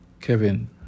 Kevin